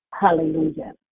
Hallelujah